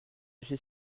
suis